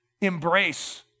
Embrace